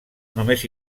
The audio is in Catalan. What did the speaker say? només